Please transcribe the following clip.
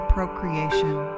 Procreation